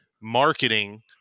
marketing